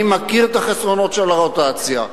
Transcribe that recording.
אני מכיר את החסרונות של הרוטציה.